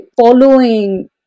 following